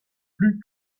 plus